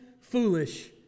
foolish